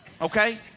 Okay